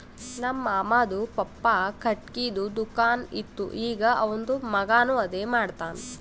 ನಮ್ ಮಾಮಾದು ಪಪ್ಪಾ ಖಟ್ಗಿದು ದುಕಾನ್ ಇತ್ತು ಈಗ್ ಅವಂದ್ ಮಗಾನು ಅದೇ ಮಾಡ್ತಾನ್